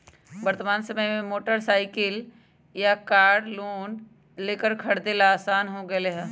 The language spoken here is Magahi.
वर्तमान समय में मोटर साईकिल या कार लोन लेकर खरीदे ला आसान हो गयले है